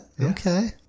okay